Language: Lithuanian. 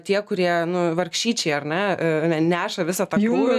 tie kurie nu vargšyčiai ar ne neša visą tą krūvį